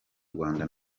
rwanda